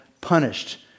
punished